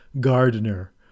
gardener